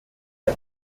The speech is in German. der